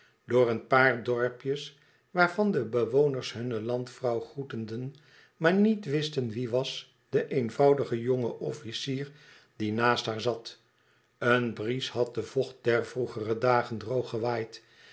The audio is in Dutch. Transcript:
door een paar dorpjes waarvan de bewoners hunne landvrouw groeteden maar niet wisten wie was de eenvoudige jonge officier die naast haar zat een bries had de vocht der vroegere dagen droog gewaaid